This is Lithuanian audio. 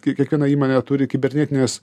kai kiekviena įmonė turi kibernetinės